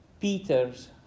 Peter's